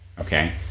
okay